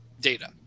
data